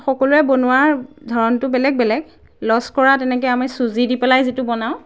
সকলোৱে বনোৱাৰ ধৰণটো বেলেগ বেলেগ লছকৰা তেনেকৈ আমি চুজি দি পেলাই যিটো বনাওঁ